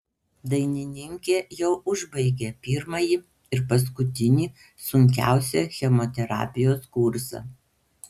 dainininkė jau užbaigė pirmąjį ir patį sunkiausią chemoterapijos kursą